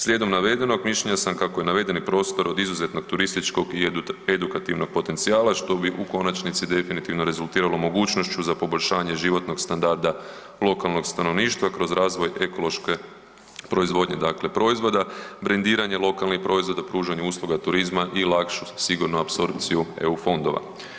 Slijedom navedenog, mišljenja sam kako je navedeni prostor od izuzetnog turističkog i edukativnom potencijala što bi u konačnici definitivno rezultiralo mogućnošću za poboljšanje životnog standarda lokalnog stanovništva kroz razvoj ekološke proizvodnje, dakle proizvoda, brendiranje lokalnih proizvoda, pružanje usluga turizma i lakšu sigurno apsorpciju EU fondova.